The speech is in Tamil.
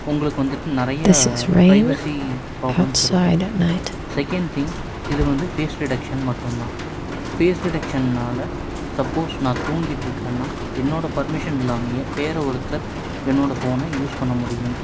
உங்களுக்கு வந்துட்டு நெறையா பிரைவஸி ப்ராப்ளம்ஸ் இருக்கும் செகண்ட் திங்க் இது வந்து ஃபேஸ் டிடெக்ஷன் மட்டும்தான் ஃபேஸ் டிடெக்ஷன்னாலே சப்போஸ் நான் தூங்கிகிட்டு இருக்கேன்னால் என்னோடய பர்மிஷன் இல்லாமயே வேறு ஒருத்தர் என்னோடய ஃபோனை யூஸ் பண்ணமுடியும்